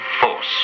force